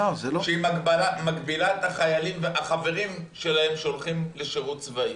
שהיא מגבילה את החברים שלהם שהולכים לשירות צבאי.